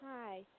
Hi